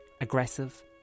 aggressive